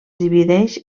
divideix